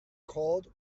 called